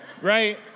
Right